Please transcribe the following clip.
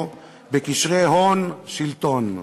פה בקשרי הון-שלטון.